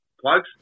Plugs